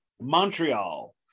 Montreal